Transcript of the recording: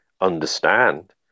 understand